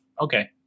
Okay